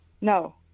No